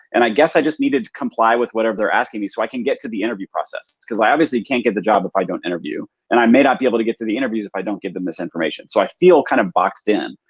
and i guess i just needed to comply with whatever they're asking me so i can get to the interview process. cause i obviously can't get the job if i don't interview. and i may not be able to get to the interviews if i don't give them this information. so i feel kind of boxed in.